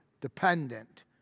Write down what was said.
dependent